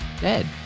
dead